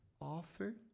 offer